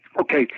Okay